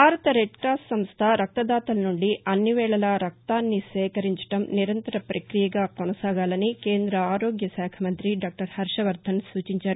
భారత red cross సంస్ట రక్తదాతల నుండి అన్నివేళలా రక్తాన్ని సేకరించాలని అది నిరంతర ప్రప్రక్రియగా కొనసాగాలని కేంద్ర ఆరోగ్య శాఖ మంతి డాక్టర్ హర్షవర్దన్ సూచించారు